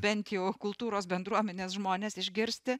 bent jau kultūros bendruomenės žmones išgirsti